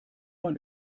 man